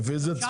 מיליון וחצי?